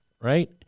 right